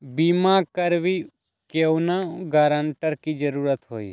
बिमा करबी कैउनो गारंटर की जरूरत होई?